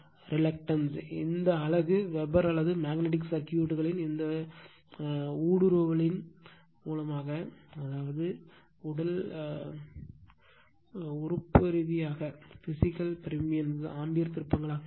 reluctance இந்த அலகு weber அல்லது மேக்னட்டிக் சர்க்யூட்களின் இந்த உடல் ஊடுருவலின் ஆம்பியர் திருப்பங்களாக இருக்கும்